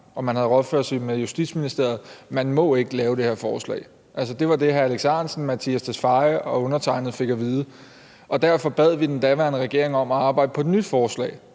og man havde rådført sig med Justitsministeriet, nemlig at man ikke må lave det her forslag. Det var det, hr. Alex Ahrendtsen, Mattias Tesfaye og undertegnede fik at vide, og derfor bad vi den daværende regering om at arbejde på et nyt forslag,